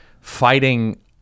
fighting